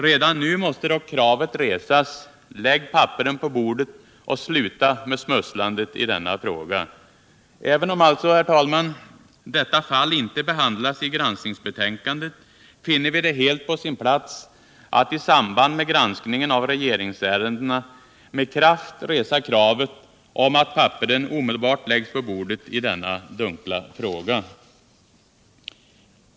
Redan nu måste dock kravet resas: Lägg papperen på bordet och sluta med smusslandet i denna fråga! Även om alltså, herr talman, detta fall inte behandlas i granskningsbetänkandet finner vi det helt på sin plats att i samband med granskningen av regeringsärendena med kraft resa kravet att papperen omedelbart läggs på bordet i denna dunkla fråga.